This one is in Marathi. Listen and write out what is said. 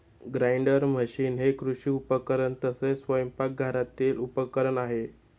ग्राइंडर मशीन हे कृषी उपकरण तसेच स्वयंपाकघरातील उपकरण आहे